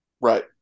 Right